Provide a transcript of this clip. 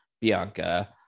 Bianca